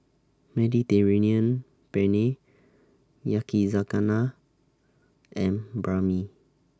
Mediterranean Penne Yakizakana and Banh MI